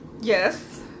Yes